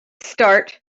start